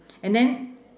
and then